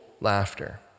laughter